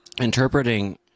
interpreting